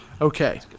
Okay